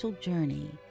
journey